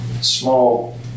small